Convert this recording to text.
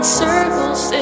circles